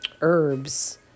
herbs